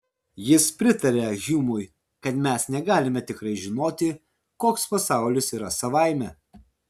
jis pritaria hjumui kad mes negalime tikrai žinoti koks pasaulis yra savaime